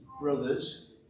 brothers